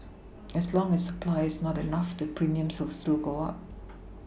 as long as supply is not enough the premiums will still go up